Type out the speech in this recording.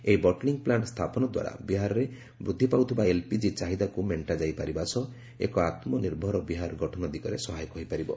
ଏହି bottling plant ସ୍ଥାପନ ଦ୍ୱାରା ବିହାରରେ ବୃଦ୍ଧି ପାଉଥିବା ଏଲ୍ପିଜି ଚାହିଦାକୁ ମେଣ୍ଟାଯାଇ ପାରିବ ସହ ଏକ ଆତ୍ମନିର୍ଭର ବିହାର ଗଠନ ଦିଗରେ ସହାୟକ ହୋଇପାରିବ